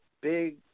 big